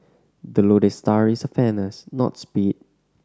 the lodestar is fairness not speed